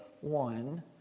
One